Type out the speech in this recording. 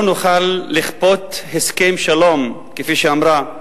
לא נוכל לכפות הסכם שלום, כפי שאמרה.